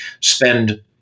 spend